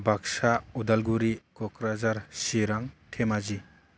Baksa Udalguri Kokrajhar Chirang Dhemaji